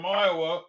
iowa